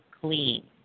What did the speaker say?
clean